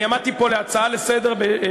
אני עמדתי פה בהצעה לסדר-היום,